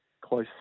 close